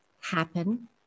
happen